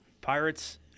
Pirates